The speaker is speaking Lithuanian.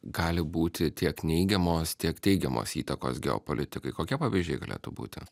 gali būti tiek neigiamos tiek teigiamos įtakos geopolitikai kokie pavyzdžiai galėtų būti